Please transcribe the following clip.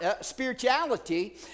spirituality